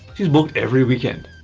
she's booked every weekend!